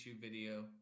video